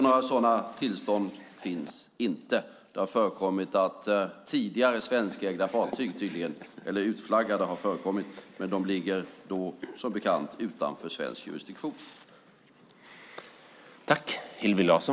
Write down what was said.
Några sådana tillstånd finns inte. Det har förekommit tidigare svenskägda fartyg - utflaggade - men de ligger då, som bekant, utanför svensk jurisdiktion.